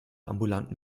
ambulanten